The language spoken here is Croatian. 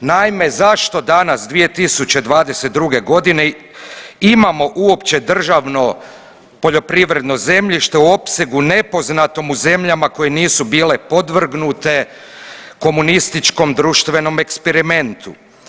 Naime, zašto danas 2022. godine imamo uopće državno poljoprivredno zemljište u opsegu nepoznatom u zemljama koje nisu bile podvrgnute komunističkom društvenom eksperimentu?